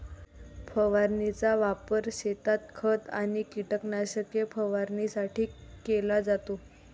फवारणीचा वापर शेतात खत आणि कीटकनाशके फवारणीसाठी केला जातो